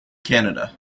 canada